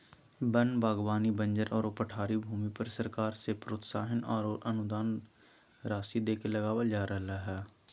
वन बागवानी बंजर आरो पठारी भूमि पर सरकार से प्रोत्साहन आरो अनुदान राशि देके लगावल जा रहल हई